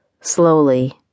slowly